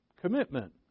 Commitment